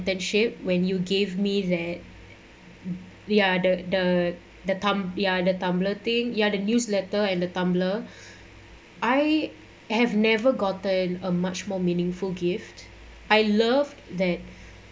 internship when you gave me that the other the the thumb ya the tumbler thing ya the newsletter and the tumbler I have never gotten a much more meaningful gift I loved that